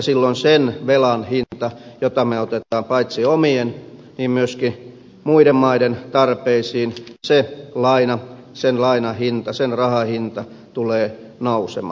silloin sen velan hinta jota me otamme paitsi omien myöskin muiden maiden tarpeisiin se laina sen lainan hinta sen rahan hinta tulee nousemaan